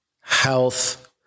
health